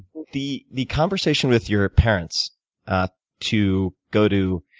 the the conversation with your parents to go to